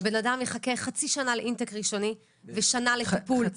בן אדם יחכה חצי שנה לאינטייק ראשוני ושנה לטיפול.